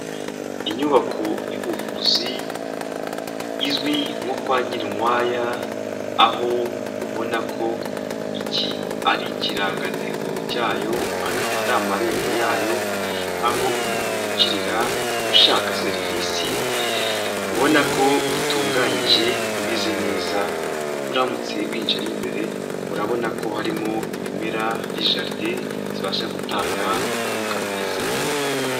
Inyubako y'ubuvuzi izwi nko kwa Nyirinkwaya, aho ubona ko iki ari ikirangantego cyayo, akaba ari amarembo yayo, aho umuntu yinjirira ushaka serivisi, ubona ko itunganyije imeze neza, uramutse winjiye mo imbere urabona ko harimo ibimera, hari jaride, zibasha gutanga umwuka mwiza.